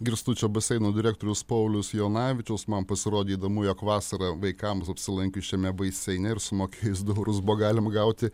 girstučio baseino direktorius paulius jonavičius man pasirodė įdomu jog vasarą vaikams apsilankius šiame baseine ir sumokėjus du eurus buvo galima gauti